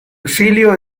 exilio